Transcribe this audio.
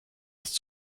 lässt